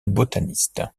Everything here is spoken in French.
botaniste